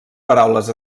paraules